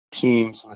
Teams